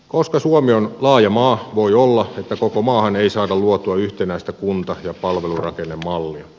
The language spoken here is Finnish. koska suomi on laaja maa voi olla että koko maahan ei saada luotua yhtenäistä kunta ja palvelurakennemallia